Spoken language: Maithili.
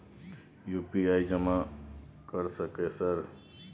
यु.पी.आई जमा कर सके सर?